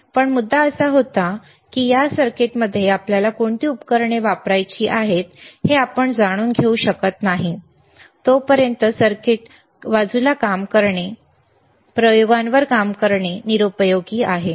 पण मुद्दा असा होता की या सर्किटमध्ये आपल्याला कोणती उपकरणे वापरायची आहेत हे आपण जाणून घेऊ शकत नाही तोपर्यंत सर्किट बाजूला काम करणे प्रयोगांवर काम करणे निरुपयोगी आहे